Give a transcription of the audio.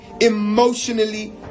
emotionally